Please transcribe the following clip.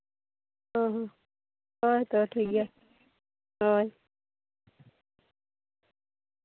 ᱦᱚᱸ ᱦᱚᱸ ᱦᱳᱭ ᱛᱚ ᱴᱷᱤᱠᱜᱮᱭᱟ ᱦᱳᱭ